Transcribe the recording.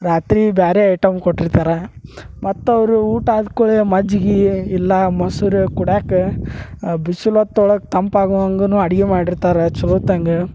ರಾತ್ರಿ ಬ್ಯಾರೆ ಐಟಮ್ ಕೊಟ್ಟಿರ್ತಾರೆ ಮತ್ತೆ ಅವರು ಊಟ ಆದ್ಕೂಳೆ ಮಜ್ಜಿಗೆ ಇಲ್ಲಾ ಮೊಸರು ಕುಡ್ಯಾಕ ಬಿಸಿಲ್ ಹೊತ್ತೊಳಗ್ ತಂಪಾಗೋ ಹಂಗೂನೂ ಅಡಿಗೆ ಮಾಡಿರ್ತಾರೆ ಛಲೋತ್ತಂಗ